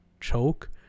choke